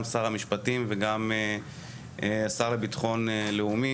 גם שר המשפטים וגם השר לביטחון לאומי,